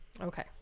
Okay